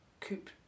coop